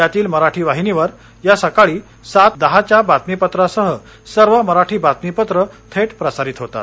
यातील मराठी वाहिनीवर या सकाळी सात दहाच्या बातमीपत्रासह सर्व मराठी बातमीपत्र थेट प्रसारित होतात